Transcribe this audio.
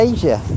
Asia